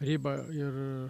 ribą ir